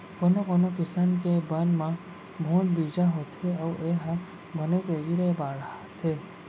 कोनो कोनो किसम के बन म बहुत बीजा होथे अउ ए ह बने तेजी ले बाढ़थे